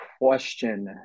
question